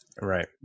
Right